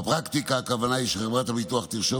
בפרקטיקה הכוונה היא שחברת הביטוח תרשום